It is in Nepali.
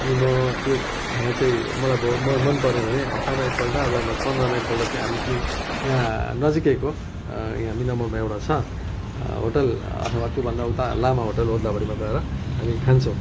अनि म त्यो खाना चाहिँ मलाई भयो मलाई मनपर्यो भने हप्तामा एकपल्ट अब ब पन्ध्रमा एकपल्ट चाहिँ हामी ती यहाँ नजिकैको यहाँ मिलनमोडमा एउटा छ होटल अथवा त्योभन्दा उता लामा होटल ओद्लाबारीमा गएर हामी खान्छौँ